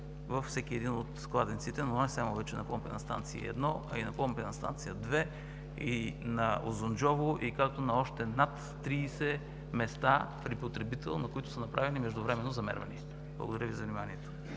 във всеки един от кладенците, а не само вече на помпена станция 1, а и на помпена станция 2, и на „Узунджово“, и както на още над 30 места при потребител, на които са направени междувременно замервания. Благодаря Ви за вниманието.